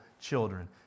children